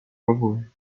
favor